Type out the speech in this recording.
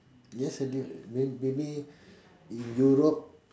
yes may maybe in Europe